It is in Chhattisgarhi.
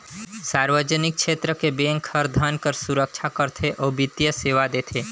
सार्वजनिक छेत्र के बेंक हर धन कर सुरक्छा करथे अउ बित्तीय सेवा देथे